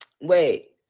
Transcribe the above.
Wait